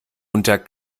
unter